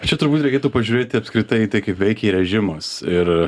čia turbūt reikėtų pažiūrėti apskritai tai kaip veikia režimas ir